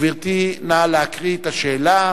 גברתי, נא להקריא את השאלה,